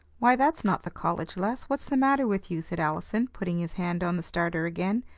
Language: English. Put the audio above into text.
why, that's not the college, les what's the matter with you? said allison, putting his hand on the starter again.